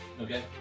Okay